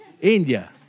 India